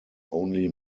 only